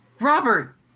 Robert